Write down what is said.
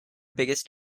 biggest